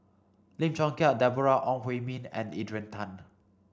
Lim Chong Keat Deborah Ong Hui Min and Adrian Tan